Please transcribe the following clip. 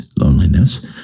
loneliness